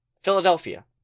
Philadelphia